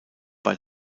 bei